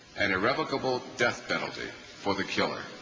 an irrevocable death penalty for the killer?